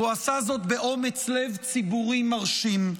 והוא עשה זאת באומץ לב ציבורי מרשים.